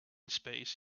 space